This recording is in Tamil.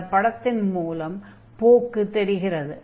இந்தப் படத்தின் முலம் போக்கு தெரிகிறது